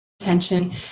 attention